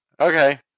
Okay